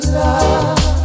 love